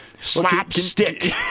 slapstick